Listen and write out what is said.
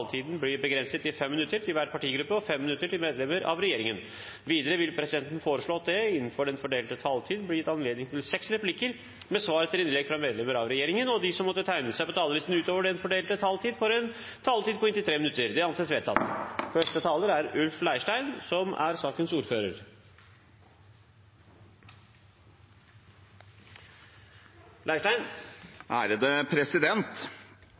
blir begrenset til 5 minutter til hver partigruppe og 5 minutter til medlemmer av regjeringen. Videre vil presidenten foreslå at det – innenfor den fordelte taletid – blir gitt anledning til inntil seks replikker med svar etter innlegg fra medlemmer av regjeringen, og at de som måtte tegne seg på talerlisten utover den fordelte taletid, får en taletid på inntil 3 minutter. – Det anses vedtatt.